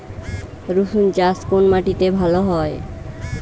রুসুন চাষ কোন মাটিতে ভালো হয়?